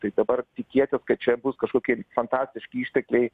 tai dabar tikėtis kad čia bus kažkokie fantastiški ištekliai